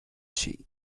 she